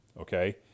okay